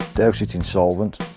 douse it in solvent.